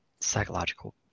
psychological